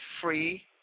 free